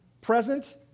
present